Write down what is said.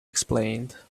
explained